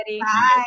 Bye